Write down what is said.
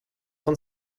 von